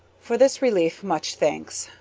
for this relief much thanks.